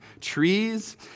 trees